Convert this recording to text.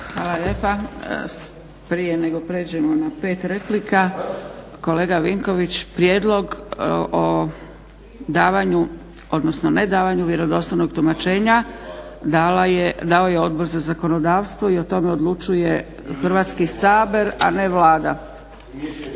Hvala lijepa. Prije nego prijeđemo na pet replika, kolega Vinković prijedlog o davanju, odnosno nedavanju vjerodostojnog tumačenja dao je Odbor za zakonodavstvo i o tome odlučuje Hrvatski sabor, a ne Vlada.